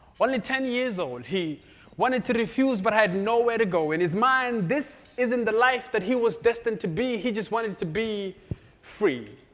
only ten years old, he wanted to refuse but had nowhere to go. in his mind, this isn't the life that he was destined to be. he just wanted to be free.